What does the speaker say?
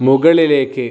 മുകളിലേക്ക്